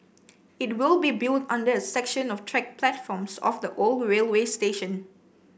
it will be built under a section of track platforms of the old railway station